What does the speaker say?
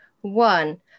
one